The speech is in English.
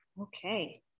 Okay